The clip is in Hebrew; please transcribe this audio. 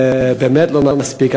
זה באמת לא מספיק.